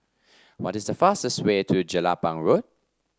what is the fastest way to Jelapang Road